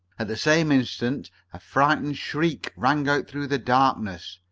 at the same instant a frightened shriek rang out through the darkness.